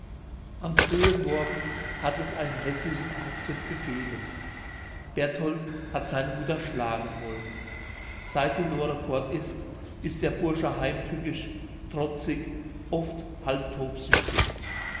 am frühen morgen hat es einen häßlichen auftritt gegeben berthold hat seine mutter schlagen wollen seit die lore fort ist ist der bursche heimtückisch trotzig oft halb tobsüchtig